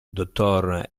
dottor